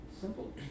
Simple